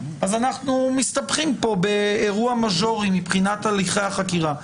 אנחנו מסתבכים כאן באירוע מז'ורי מבחינת הליכי החקיקה.